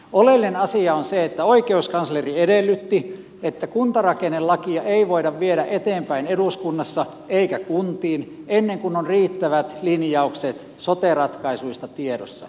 oleellinen asia on se että oikeuskansleri edellytti että kuntarakennelakia ei voida viedä eteenpäin eduskunnassa eikä kuntiin ennen kuin on riittävät linjaukset sote ratkaisuista tiedossa